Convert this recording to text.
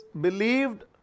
believed